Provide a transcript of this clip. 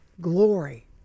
Glory